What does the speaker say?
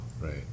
right